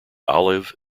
olive